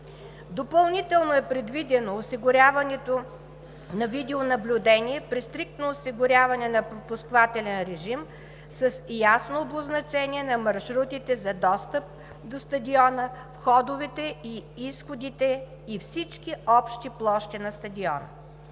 Допълнително е предвидено осигуряването на видеонаблюдение при стриктно осигуряване на пропускателен режим, с ясно обозначение на маршрутите за достъп до стадиона, входовете и изходите и всички общи площи на стадиона.